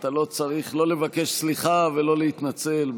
אתה לא צריך לבקש סליחה ולא להתנצל,